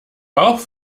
bauch